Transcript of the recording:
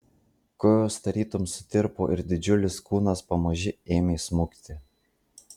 kojos tarytum sutirpo ir didžiulis kūnas pamaži ėmė smukti